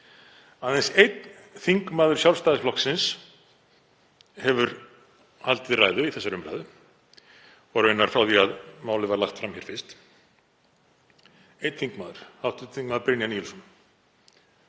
Aðeins einn þingmaður Sjálfstæðisflokksins hefur haldið ræðu í þessari umræðu og raunar frá því að málið var lagt fram fyrst. Einn þingmaður, hv. þm. Brynjar Níelsson,